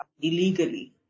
illegally